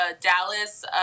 Dallas